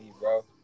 bro